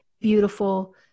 beautiful